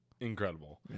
Incredible